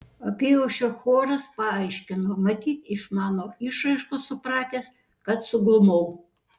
apyaušrio choras paaiškino matyt iš mano išraiškos supratęs kad suglumau